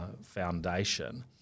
Foundation